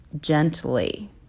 gently